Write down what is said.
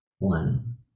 One